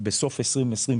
בסוף 2020,